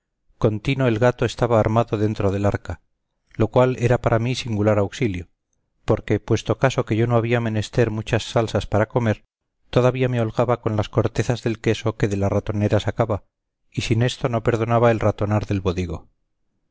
contino el gato estaba armado dentro del arca lo cual era para mí singular auxilio porque puesto caso que yo no había menester muchas salsas para comer todavía me holgaba con las cortezas del queso que de la ratonera sacaba y sin esto no perdonaba el ratonar del bodigo